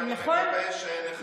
ואני מקווה שנחסל כמה מהדברים האלה.